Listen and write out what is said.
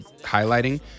highlighting